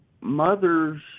mothers